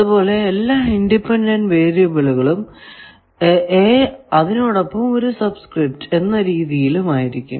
അതുപോലെ എല്ലാ ഇൻഡിപെൻഡന്റ് വേരിയബിളും അതിനോടൊപ്പം ഒരു സബ് സ്ക്രിപ്റ്റ് എന്ന രീതിയിലും ആയിരിക്കും